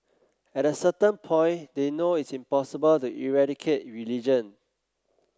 at a certain point they know it's impossible to eradicate religion